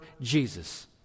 Jesus